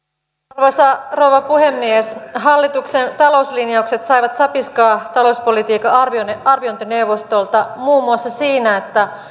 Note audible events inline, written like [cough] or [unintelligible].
arvoisa rouva puhemies hallituksen talouslinjaukset saivat sapiskaa talouspolitiikan arviointineuvostolta muun muassa siinä että [unintelligible]